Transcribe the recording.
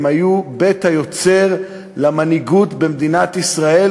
היו בית היוצר למנהיגות במדינת ישראל,